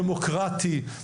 דמוקרטי,